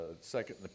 second